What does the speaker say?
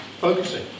focusing